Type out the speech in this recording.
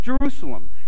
Jerusalem